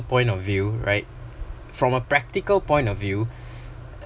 point of view right from a practical point of view